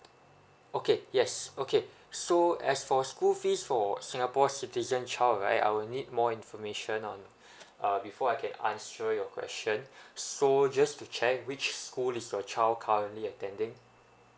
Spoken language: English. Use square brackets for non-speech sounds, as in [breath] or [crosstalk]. okay yes okay [breath] so as for school fees for singapore citizen child right I'll need more information on [breath] uh before I can answer your question [breath] so just to check which school is your child currently attending